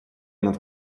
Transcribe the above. над